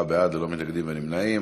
ארבעה בעד, ללא מתנגדים או נמנעים.